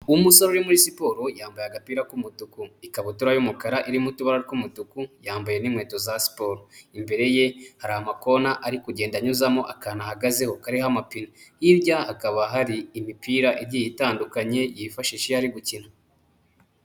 Umusore uri muri siporo yambaye agapira k'umutuku, ikabutura y'umukara irimo itubara tw'umutuku, yambaye n'inkweto za siporo. Imbere ye hari amakona ari kugenda anyuzamo akantu ahagazeho kariho amapine. Hirya hakaba hari imipira igiye itandukanye yifashisha iyo ari gukina.